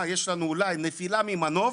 יש לנו אולי נפילה אחת ממנוף,